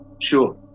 sure